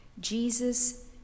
Jesus